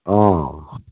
অঁ